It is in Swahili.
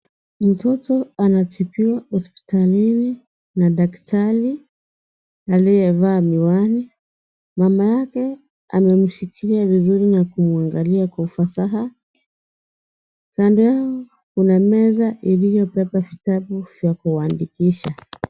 Mtoto anatibiwa hospitalini na daktari aliyevaa miwani, mamake amemshikilia vizuri na kumwangalia kwa ufasaha, kando yao kuna meza iliyobeba vitabu za kuandikisha.